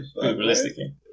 Realistically